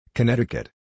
Connecticut